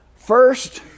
First